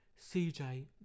CJ